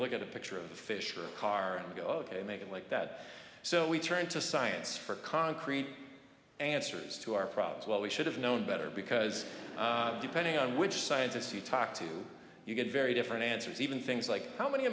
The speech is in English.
look at a picture of a fish or a car go up and make it like that so we turned to science for concrete answers to our problems what we should have known better because depending on which scientists you talk to you get very different answers even things like how many